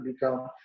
become